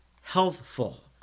healthful